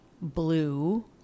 blue